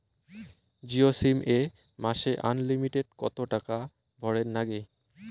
Jio sim এ মাসে unlimited কত টাকা ভরের নাগে?